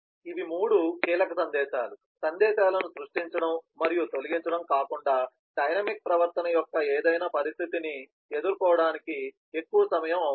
ఇవి మూడు కీలక సందేశాలు సందేశాలను సృష్టించడం మరియు తొలగించడం కాకుండా డైనమిక్ ప్రవర్తన యొక్క ఏదైనా పరిస్థితిని ఎదుర్కోవటానికి ఎక్కువ సమయం అవసరం